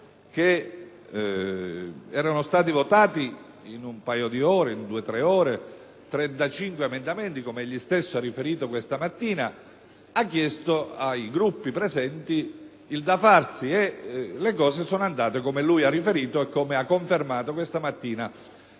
ore erano stati votati 35 emendamenti, come egli stesso ha riferito questa mattina, ha chiesto ai Gruppi presenti il da farsi, e le cose sono andate come lui ha riferito e come ha confermato questa mattina